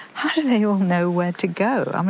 how do they all know where to go? um